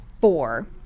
four